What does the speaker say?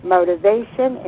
Motivation